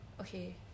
Okay